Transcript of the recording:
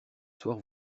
soir